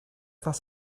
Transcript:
this